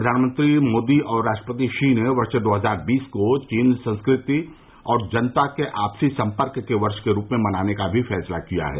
प्रधानमंत्री मोदी और राष्ट्रपति शी ने वर्ष दो हजार बीस को भारत चीन संस्कृति और जनता के आपसी संपर्क के वर्ष के रूप में मनाने का भी फैसला किया है